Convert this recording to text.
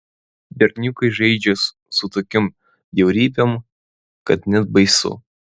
berniukai žaidžia su tokiom bjaurybėm kad net baisu